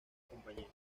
compañía